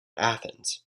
athens